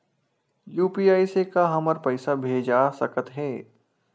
UPI से का हमर पईसा भेजा सकत हे?